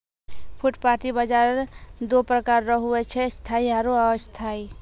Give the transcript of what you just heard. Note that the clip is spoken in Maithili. फुटपाटी बाजार दो प्रकार रो हुवै छै स्थायी आरु अस्थायी